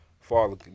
Father